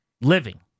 living